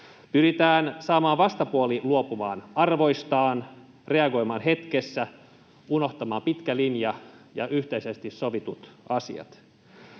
Pyritään saamaan vastapuoli luopumaan arvoistaan, reagoimaan hetkessä, unohtamaan pitkä linja ja yhteisesti sovitut asiat.